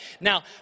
Now